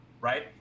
right